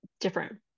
different